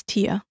Tier